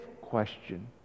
question